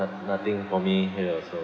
no~ nothing for me here also